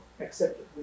accepted